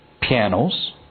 pianos